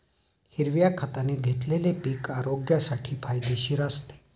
हिरव्या खताने घेतलेले पीक आरोग्यासाठी फायदेशीर असते